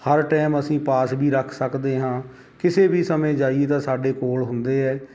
ਹਰ time ਅਸੀਂ ਪਾਸ ਵੀ ਰੱਖ ਸਕਦੇ ਹਾਂ ਕਿਸੇ ਵੀ ਸਮੇਂ ਜਾਈਦਾ ਸਾਡੇ ਕੋਲ ਹੁੰਦੇ ਹੈ